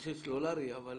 מכשיר סלולרי, אבל